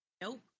Nope